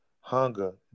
Hunger